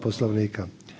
Poslovnika.